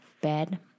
bed